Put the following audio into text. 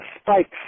spikes